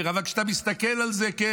אבל כשאתה מסתכל על זה, כן,